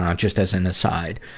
um just as an aside.